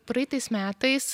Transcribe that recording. praeitais metais